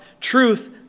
Truth